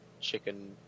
chicken